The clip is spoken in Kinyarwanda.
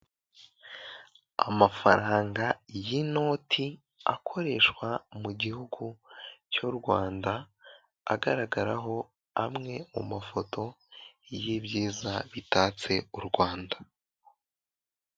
Amafaranga y'inoti akoreshwa mu gihugu cy'u Rwanda agaragaraho amwe mu mafoto y'ibyiza bitatse u Rwanda.